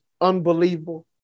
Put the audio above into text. unbelievable